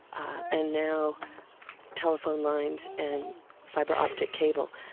ah and now telephone lines and fiber-optic cable.